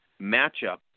matchup